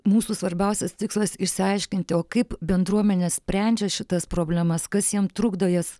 mūsų svarbiausias tikslas išsiaiškinti o kaip bendruomenė sprendžia šitas problemas kas jiem trukdo jas